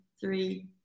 three